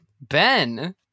Ben